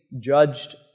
judged